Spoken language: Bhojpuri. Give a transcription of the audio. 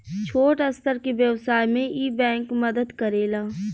छोट स्तर के व्यवसाय में इ बैंक मदद करेला